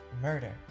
murder